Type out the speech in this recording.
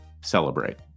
celebrate